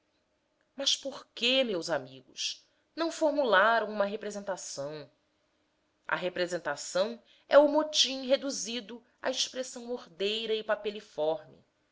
por quê meus amigos não formularam uma representação a representação é o motim reduzido à expressão ordeira e